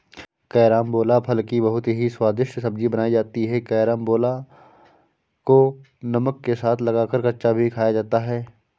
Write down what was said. carambola फल की बहुत ही स्वादिष्ट सब्जी बनाई जाती है कैरमबोला को नमक के साथ लगाकर कच्चा भी खाया जाता है